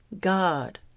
God